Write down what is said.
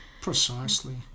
Precisely